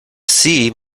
see